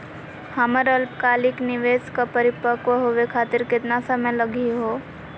हमर अल्पकालिक निवेस क परिपक्व होवे खातिर केतना समय लगही हो?